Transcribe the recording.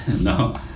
No